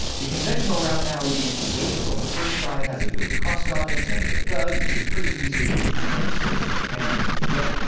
the conventional route now would be to wait until the first side has a good crust on it, and if it does, it should pretty easily release from the surface of the pan when you flip.